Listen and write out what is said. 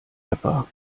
rapper